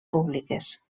públiques